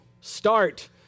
Start